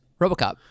Robocop